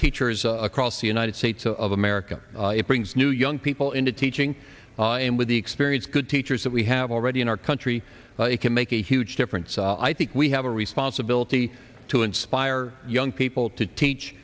teachers across the united states of america it brings new young people into teaching and with the experience good teachers that we have already in our country it can make a huge difference i think we have a responsibility to inspire young people to